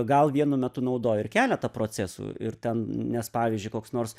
gal vienu metu naudojo ir keletą procesų ir ten nes pavyzdžiui koks nors